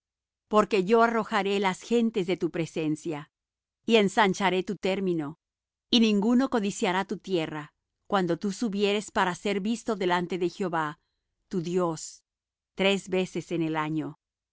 porque yo arrojaré las gentes de tu presencia y ensancharé tu término y ninguno codiciará tu tierra cuando tú subieres para ser visto delante de jehová tu dios tres veces en el año